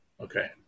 Okay